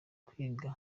kwiga